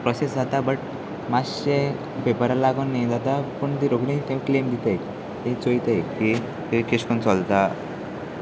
process जाता but मात्शें पेपरा लागून हे जाता पूण ती रोकडी ते क्लेम दिताय ते चोयताय की कशें करून चोलता